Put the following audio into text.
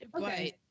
okay